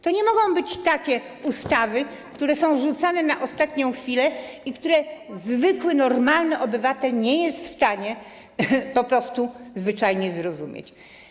To nie mogą być takie ustawy, które są wrzucane na ostatnią chwilę i których zwykły, normalny obywatel nie jest w stanie po prostu zwyczajnie zrozumieć.